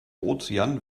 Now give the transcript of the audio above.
ozean